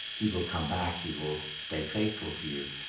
he will come back, he will stay faithful to you.